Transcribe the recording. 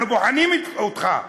אנחנו בוחנים אותך.